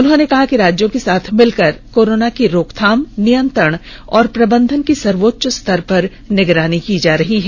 उन्होंने कहा कि राज्यों के साथ मिलकर कोरोना की रोकथाम नियंत्रण और प्रबंधन की सर्वोच्च स्तर पर निगरानी की जा रही है